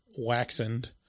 waxened